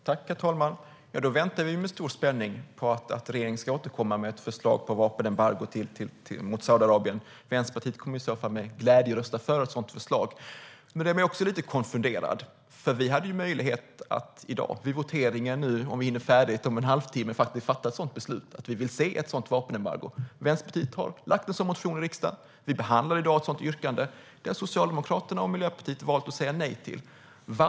Herr talman! Då väntar vi med stor spänning på att regeringen ska återkomma med ett förslag på vapenembargo mot Saudiarabien. Vänsterpartiet kommer i så fall med glädje att rösta för ett sådant förslag. Men jag blir också lite konfunderad, för det finns möjlighet att fatta beslut om ett sådant vapenembargo vid dagens votering, om vi hinner debattera färdigt inom en halvtimme. Vänsterpartiet har väckt en sådan motion i riksdagen, och vi behandlar i dag ett sådant yrkande, men Socialdemokraterna och Miljöpartiet har valt att säga nej till det.